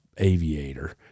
aviator